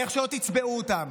איך שלא תצבעו אותם.